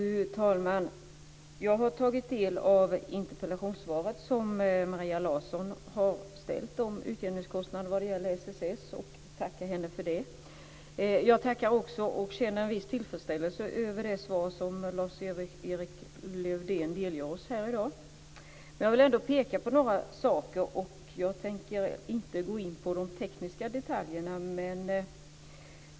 Fru talman! Jag har tagit del av svaret på den interpellation som Maria Larsson har framställt om utjämningskostnaden när det gäller LSS och tackar henne för det. Jag tackar också för och känner en viss tillfredsställelse över det svar som Lars-Erik Lövdén delgav oss här i dag. Jag vill ändå peka på några saker, men jag tänker inte gå in på de tekniska detaljerna.